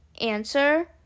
answer